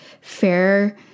fair